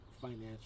financial